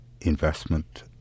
investment